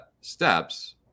steps